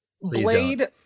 Blade